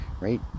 right